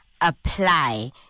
apply